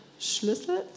Schlüssel